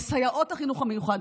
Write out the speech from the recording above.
לסייעות החינוך המיוחד,